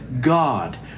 God